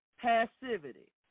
passivity